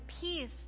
peace